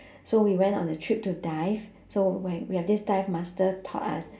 so we went on a trip to dive so when we have this dive master taught us